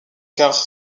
car